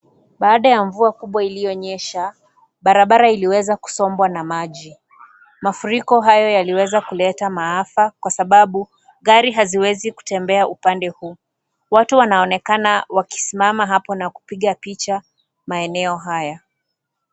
Baada ya mvua kubwa iliyonyesha, barabara iliweza kusombwa na maji, mafuriko hayo yaliweza kuleta maafa kwa sababu gari haziwezi kitembea upande huu, watu wanaonekana wakisimama hapa na kupiga picha maeneo haya.